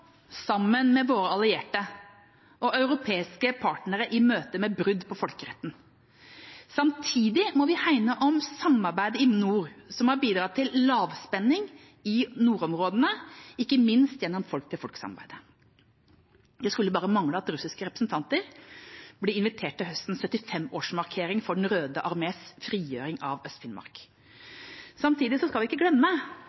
sammen med våre allierte og europeiske partnere i møte med brudd på folkeretten. Samtidig må vi hegne om samarbeidet i nord som har bidratt til lavspenning i nordområdene, ikke minst gjennom folk-til-folk-samarbeidet. Det skulle bare mangle om ikke russiske representanter blir invitert til høstens 75-årsmarkering for Den røde armés frigjøring av